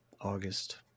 August